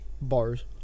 Bars